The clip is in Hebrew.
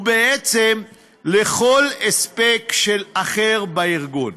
ובעצם לכל אספקט אחר של הארגון.